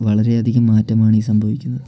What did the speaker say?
വളരെയധികം മാറ്റമാണ് ഈ സംഭവിക്കുന്നത്